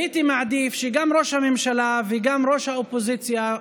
הייתי מעדיף שגם ראש הממשלה וגם ראש האופוזיציה,